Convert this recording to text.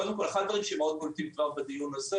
קודם כל, אחד הדברים שמאוד בולטים כבר בדיון הזה